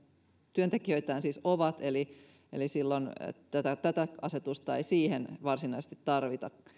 työntekijöitään ovat eli eli tätä tätä asetusta ei siihen varsinaisesti tarvita